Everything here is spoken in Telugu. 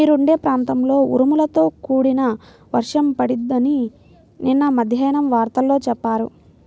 మీరుండే ప్రాంతంలో ఉరుములతో కూడిన వర్షం పడిద్దని నిన్న మద్దేన్నం వార్తల్లో చెప్పారు